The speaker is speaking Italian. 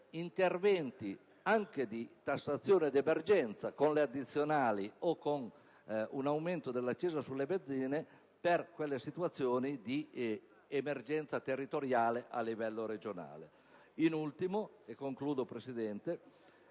interventi anche di tassazione d'emergenza, con le addizionali o con un aumento dell'accisa sulle benzine, per le situazioni di emergenza territoriale a livello regionale. In ultimo, è stata permessa